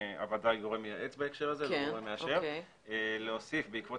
- הוועדה היא גורם מייעץ בהקשר הזה ולא גורם מאשר - להוסיף בעקבות